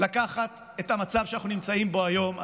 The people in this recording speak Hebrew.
לקחת את המצב שאנחנו נמצאים בו היום,